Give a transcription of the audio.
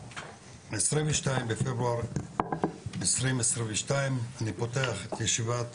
22 בפברואר 2022, אני פותח את ישיבת